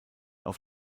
auf